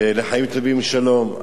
לחיים טובים ולשלום.